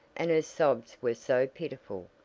and her sobs were so pitiful,